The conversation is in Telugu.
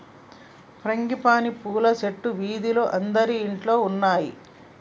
ఫ్రాంగిపానీ పూల చెట్లు వీధిలో అందరిల్లల్లో ఉన్నాయి